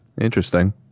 Interesting